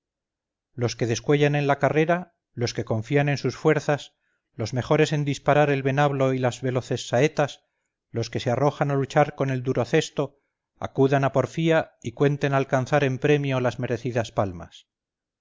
los que descuellan en la carrera los que confían en sus fuerzas los mejores en disparar el venablo y las veloces saetas los que se arrojan a luchar con el duro cesto acudan a porfía y cuenten alcanzar en premio las merecidas palmas